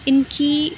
ان کی